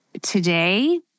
today